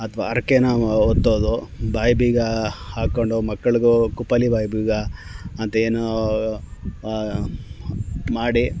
ಅಥ್ವಾ ಹರ್ಕೆನಾ ಒತ್ತೋದು ಬಾಯಿ ಬೀಗ ಹಾಕ್ಕೊಂಡು ಮಕ್ಳಿಗೂ ಕುಪಲಿ ಬಾಯಿ ಬೀಗ ಅಂತೆ ಏನು ಮಾಡಿ